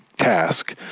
task